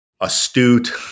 astute